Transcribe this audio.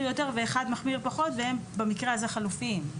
יותר ואחד מחמיר פחות ובמקרה הזה הם חלופיים.